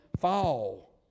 Fall